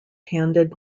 handed